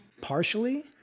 Partially